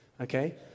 okay